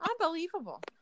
unbelievable